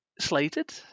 slated